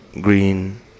green